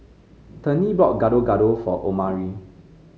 Tennie bought Gado Gado for Omari